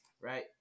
right